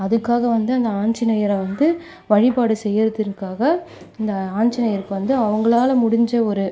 அதுக்காக வந்து அந்த ஆஞ்சநேயரை வந்து வழிபாடு செய்யறதின்காக இந்த ஆஞ்சநேயருக்கு வந்து அவர்களால முடிஞ்ச ஒரு